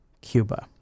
Cuba